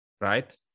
right